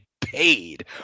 paid